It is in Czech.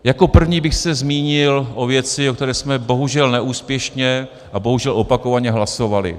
Jako první bych se zmínil o věci, o které jsme bohužel neúspěšně a bohužel opakovaně hlasovali.